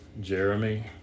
Jeremy